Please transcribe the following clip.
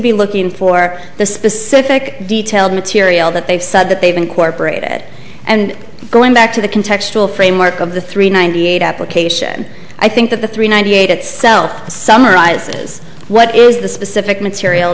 be looking for the specific details material that they've said that they've incorporated and going back to the context will framework of the three ninety eight application i think that the three ninety eight itself summarizes what is the specific material